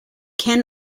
ken